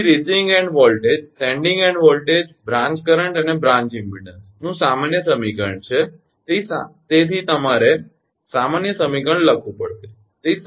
તેથી receiving end voltage sending end voltage branch current અને branch ઇમપેડન્સનું સામાન્ય સમીકરણ છે તેથી તમારે સામાન્ય સમીકરણ લખવું પડશે